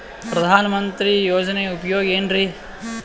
ಪ್ರಧಾನಮಂತ್ರಿ ಯೋಜನೆ ಉಪಯೋಗ ಏನ್ರೀ?